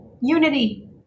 unity